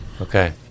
Okay